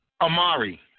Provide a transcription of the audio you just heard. Amari